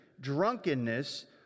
drunkenness